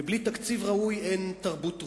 ובלי תקציב ראוי אין תרבות ראויה.